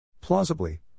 Plausibly